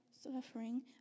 suffering